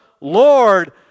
Lord